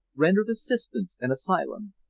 rendered assistance and asylum.